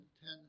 ten